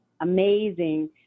amazing